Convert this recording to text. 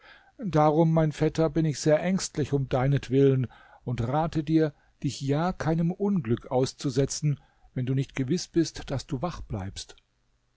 darum mein vetter bin ich sehr ängstlich um deinetwillen und rate dir dich ja keinem unglück auszusetzen wenn du nicht gewiß bist daß du wach bleibst